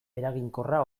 eraginkorra